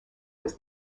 was